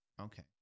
okay